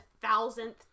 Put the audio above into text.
thousandth